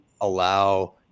allow